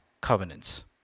covenants